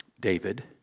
David